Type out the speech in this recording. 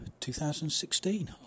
2016